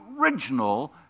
original